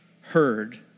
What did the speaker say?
heard